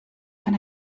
can